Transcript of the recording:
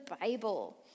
Bible